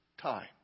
time